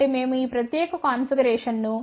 కాబట్టి మేము ఈ ప్రత్యేక కాన్ఫిగరేషన్ ను 22